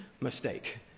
mistake